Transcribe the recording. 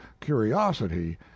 curiosity